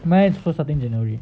mine also starting january